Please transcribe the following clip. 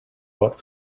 out